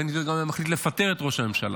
בן גביר גם היה מחליט לפטר את ראש הממשלה.